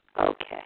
Okay